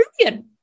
Brilliant